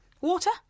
Water